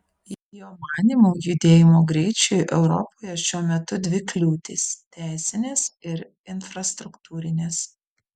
jo manymu judėjimo greičiui europoje šiuo metu dvi kliūtys teisinės ir infrastruktūrinės